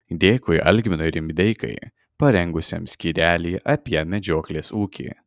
dėkui algminui rimdeikai parengusiam skyrelį apie medžioklės ūkį